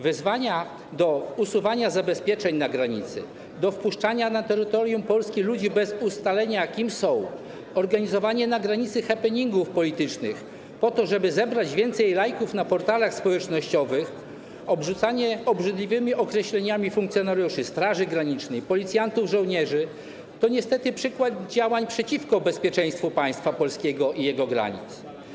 Wezwania do usuwania zabezpieczeń na granicy, do wpuszczania na terytorium Polski ludzi bez ustalenia, kim są, organizowanie na granicy happeningów politycznych po to, żeby zebrać więcej lajków na portalach społecznościowych, obrzucanie obrzydliwymi określeniami funkcjonariuszy Straży Granicznej, policjantów, żołnierzy - to niestety przykład działań przeciwko bezpieczeństwu państwa polskiego i jego granic.